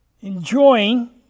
enjoying